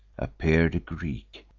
appear'd a greek,